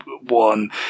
one